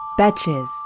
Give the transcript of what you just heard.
Betches